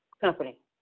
company